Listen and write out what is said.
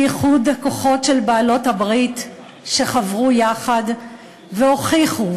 איחוד הכוחות של בעלות-הברית שחברו יחד והוכיחו,